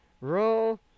Roll